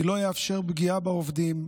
אני לא אאפשר פגיעה בעובדים,